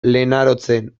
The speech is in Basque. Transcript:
lenarotzen